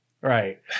right